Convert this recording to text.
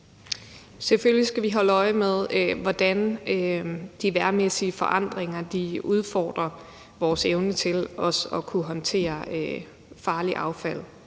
Selvfølgelig skal vi holde øje med, hvordan de vejrmæssige forandringer udfordrer vores evne til at kunne håndtere farligt affald,